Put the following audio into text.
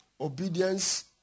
obedience